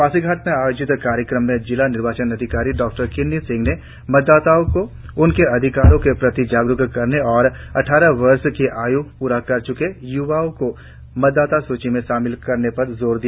पासीघाट में आयोजित कार्यक्रम में जिला निर्वाचन अधिकारी डॉ किन्नी सिंह ने मतदाताओं को उनके अधिकारों के प्रति जागरुक करने और अद्वारह वर्ष की आय् पूरी कर च्के य्वाओं को मतदाता सूची में शामिल करने पर जोर दिया